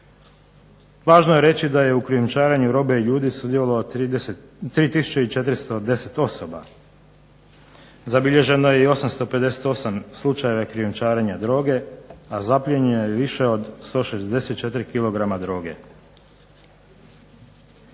Važno je reći da je u krijumčarenju robe i ljudi sudjelovalo 3 410 osoba. Zabilježeno je i 858 slučajeva krijumčarenja droge, a zaplijenjeno je više od 164 kg droge.